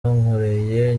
wankoreye